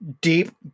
deep